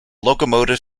locomotive